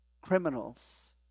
criminals